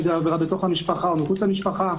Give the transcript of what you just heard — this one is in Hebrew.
אם זאת עבירה בתוך המשפחה או מחוץ למשפחה.